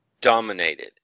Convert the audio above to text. dominated